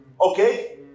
okay